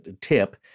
tip